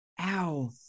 Ow